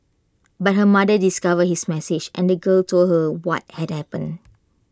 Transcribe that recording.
but her mother discovered his message and the girl told her what had happened